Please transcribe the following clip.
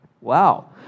Wow